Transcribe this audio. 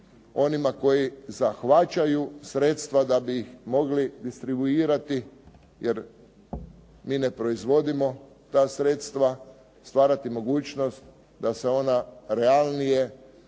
onima koji zahvaćaju sredstva da bi ih mogli distribuirati. Jer mi ne proizvodimo ta sredstva, stvarati mogućnost da se ona realnije